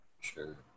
Sure